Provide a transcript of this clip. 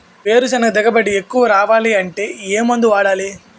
వేరుసెనగ దిగుబడి ఎక్కువ రావాలి అంటే ఏ మందు వాడాలి?